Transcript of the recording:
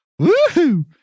Woohoo